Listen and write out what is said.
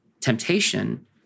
temptation